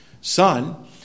son